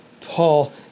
Paul